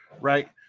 right